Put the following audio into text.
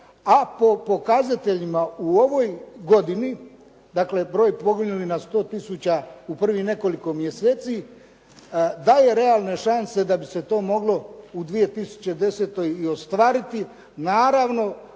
a po pokazateljima u ovoj godini, dakle broj poginulih na 100 tisuća u prvih nekoliko mjeseci, daje realne šanse da bi se to moglo u 2010. i ostvariti, naravno